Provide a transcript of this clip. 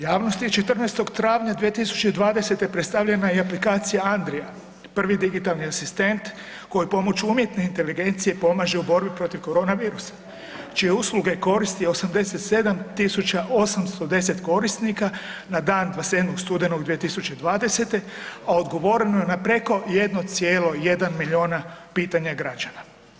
Javnosti je 14. travanja 2020. predstavljena aplikacija Andrija, prvi digitalni asistent koji pomoću umjetne inteligencije pomaže u borbi protiv korona virusa čije usluge koristi 87.810 korisnika na dan 27. studenoga 2020., a odgovoreno je na preko 1,1 miliona pitanja građana.